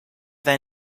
then